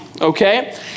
okay